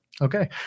Okay